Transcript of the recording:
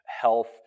health